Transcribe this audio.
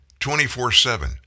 24-7